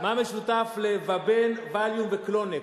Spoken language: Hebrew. מה משותף ל"ואבן", "וליום" ו"קלונקס"?